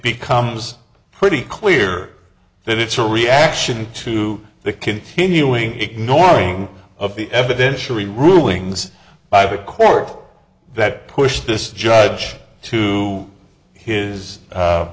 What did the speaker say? becomes pretty clear that it's a reaction to the continuing ignoring of the evidence three rulings by the court that pushed this judge to his